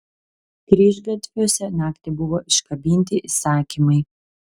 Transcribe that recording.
kryžgatviuose naktį buvo iškabinti įsakymai